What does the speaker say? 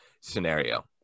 scenario